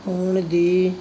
ਹੋਣ ਦੀ